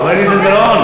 חברת הכנסת גלאון.